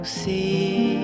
see